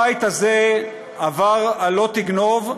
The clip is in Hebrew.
הבית הזה עבר על "לא תגנוב"